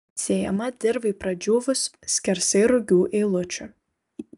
sėjama dirvai pradžiūvus skersai rugių eilučių